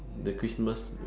the christmas